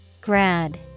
Grad